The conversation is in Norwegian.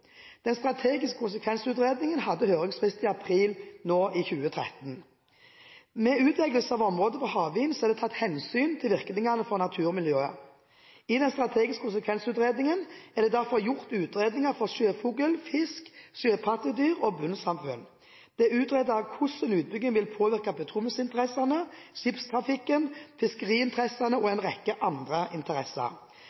Den strategiske konsekvensutredningen hadde høringsfrist nå i april. Ved utvelgelsen av områder for havvind er det tatt hensyn til virkningene for naturmiljøet. I den strategiske konsekvensutredningen er det derfor gjort utredninger for sjøfugl, fisk, sjøpattedyr og bunnsamfunn. Det er utredet hvordan utbygging vil påvirke petroleumsinteressene, skipstrafikken, fiskeriinteressene og